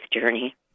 journey